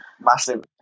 massive